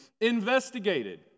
investigated